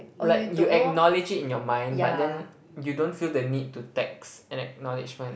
like you acknowledge it in your mind but then you don't feel the need to text an acknowledgement